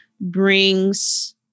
brings